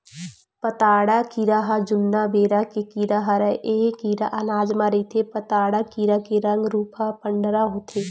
पताड़ा कीरा ह जुन्ना बेरा के कीरा हरय ऐ कीरा अनाज म रहिथे पताड़ा कीरा के रंग रूप ह पंडरा होथे